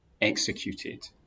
executed